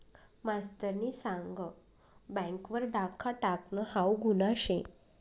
मास्तरनी सांग बँक वर डाखा टाकनं हाऊ गुन्हा शे